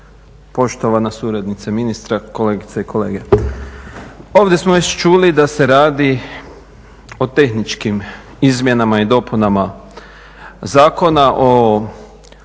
poštovana suradnice ministra, kolegice i kolege. Ovdje smo već čuli da se radi o tehničkim izmjenama i dopunama Zakona